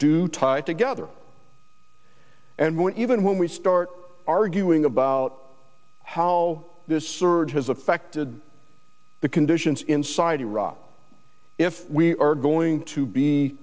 do tie together and when even when we start arguing about how this surge has affected the conditions inside iraq if we are going to be